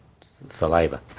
Saliva